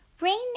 Rain